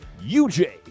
UJ